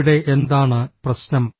ഇവിടെ എന്താണ് പ്രശ്നം